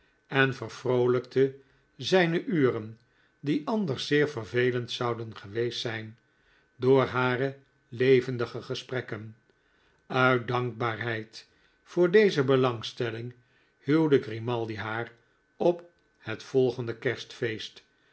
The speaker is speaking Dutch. en vervroolijkte zyne uren die anders zeer vervelend zouden geweest zijn door harelevendige gesprekken uit dankbaarheid voor deze belangstelling huwde grimaldi haar op het volgende kerstfeest